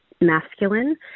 masculine